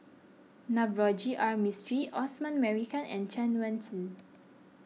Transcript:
Navroji R Mistri Osman Merican and Chen Wen Hsi